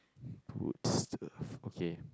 good stuff okay